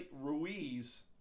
Ruiz